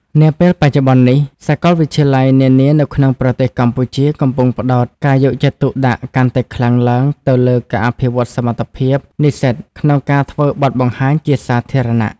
នាពេលបច្ចុប្បន្ននេះ សាកលវិទ្យាល័យនានានៅក្នុងប្រទេសកម្ពុជាកំពុងផ្តោតការយកចិត្តទុកដាក់កាន់តែខ្លាំងឡើងទៅលើការអភិវឌ្ឍសមត្ថភាពនិស្សិតក្នុងការធ្វើបទបង្ហាញជាសាធារណៈ។